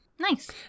Nice